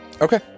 Okay